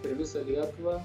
per visą lietuvą